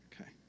Okay